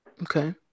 Okay